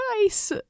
nice